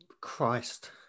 Christ